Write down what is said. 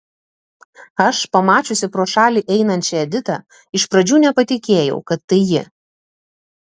aš pamačiusi pro šalį einančią editą iš pradžių nepatikėjau kad tai ji